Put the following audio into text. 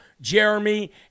Jeremy